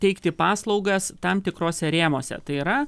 teikti paslaugas tam tikruose rėmuose tai yra